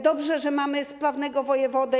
Dobrze, że mamy sprawnego wojewodę.